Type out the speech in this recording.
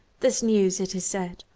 this news, it is said,